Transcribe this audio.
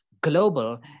global